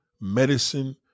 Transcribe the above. medicine